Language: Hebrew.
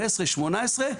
15 ו-18,